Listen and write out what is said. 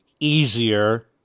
easier